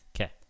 okay